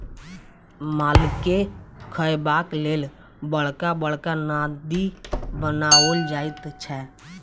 मालके खयबाक लेल बड़का बड़का नादि बनाओल जाइत छै